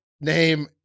name